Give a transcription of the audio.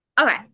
Okay